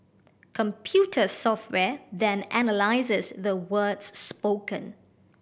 computer software then analyses the words spoken